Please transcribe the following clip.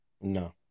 No